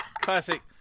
classic